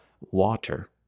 water